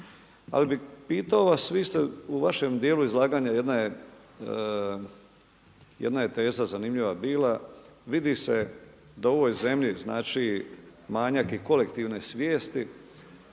Ali bi vas pitao, vi ste u vašem dijelu izlaganja, jedna je teza zanimljiva bila. Vidi se da u ovoj zemlji, znači manjak je kolektivne svijesti